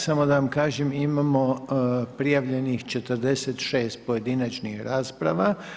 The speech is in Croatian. Samo da vam kažem, imamo prijavljenih 46 pojedinačnih rasprava.